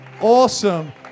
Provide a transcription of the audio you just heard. Awesome